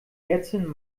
ärztin